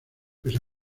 pese